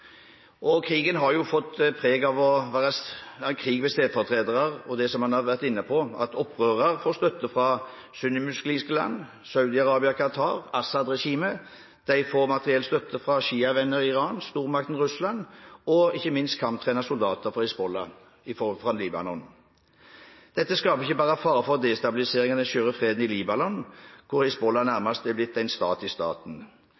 Krigen har fått preg av å være krig ved stedfortredere. Vi har vært inne på at opprørere får støtte fra sunnimuslimske land – Saudi-Arabia og Qatar. Assad-regimet får materiell støtte fra sjiavenner i Iran, stormakten Russland og ikke minst kamptrenede soldater fra Hizbollah fra Libanon. Dette skaper ikke bare fare for destabilisering i den skjøre freden i Libanon, der Hizbollah nærmest har blitt en stat i staten.